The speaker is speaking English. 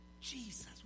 Jesus